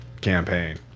campaign